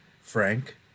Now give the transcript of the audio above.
Frank